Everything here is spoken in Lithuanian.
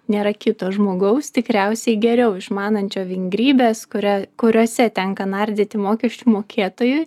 nėra kito žmogaus tikriausiai geriau išmanančio vingrybės kuria kuriose tenka nardyti mokesčių mokėtojui